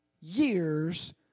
years